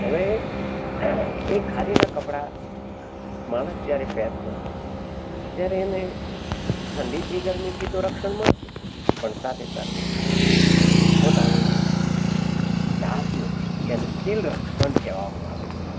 હવે એ ખાદીના કપડા માણસ જ્યારે પહેરતો ત્યારે એને ઠંડીથી ગરમીથી તો રક્ષણ મળતું પણ સાથે સાથે પોતાની જાતનું જેને શીલ રક્ષણ કહેવામાં આવે છે